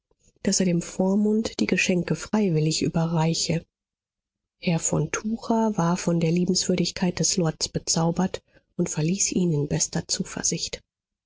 daß er dem vormund die geschenke freiwillig überreiche herr von tucher war von der liebenswürdigkeit des lords bezaubert und verließ ihn in bester zuversicht